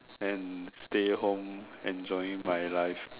and stay home enjoying my life